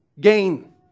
gain